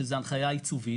שזאת הנחיה עיצובית,